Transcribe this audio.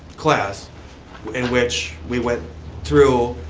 class in which we went through,